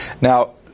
Now